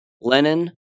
Lenin